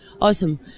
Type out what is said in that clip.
awesome